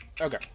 Okay